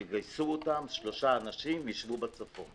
יגייסו שלושה אנשים והם ישבו בצפון.